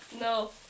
No